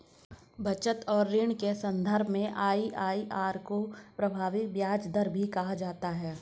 बचत और ऋण के सन्दर्भ में आई.आई.आर को प्रभावी ब्याज दर भी कहा जाता है